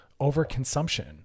overconsumption